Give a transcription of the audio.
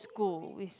go is